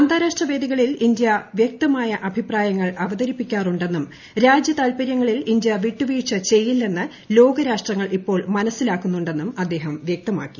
അന്താരാഷ്ട്ര വേദികളിൽ ഇന്ത്യ വ്യക്തമായ അഭിപ്രായങ്ങൾ അവതരിപ്പിക്കാറുന്നെും രാജ്യ താൽപ്പര്യങ്ങളിൽ ഇന്ത്യ വിട്ടുവീഴ്ച ചെയ്യില്ലെന്ന് ലോകരാഷ്ട്രങ്ങൾ ഇപ്പോൾ മനസ്സിലാക്കുന്നുന്നും അദ്ദേഹം വ്യക്തമാക്കി